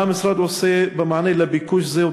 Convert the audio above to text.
מה המשרד עושה במענה לביקוש זה,